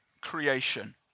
creation